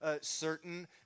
certain